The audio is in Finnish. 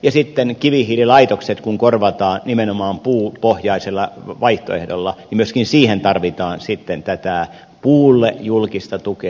ja sitten kivihiililaitokset kun korvataan nimenomaan puupohjaisella vaihtoehdolla niin myöskin siihen tarvitaan tätä puulle julkista tukea